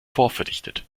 vorverdichtet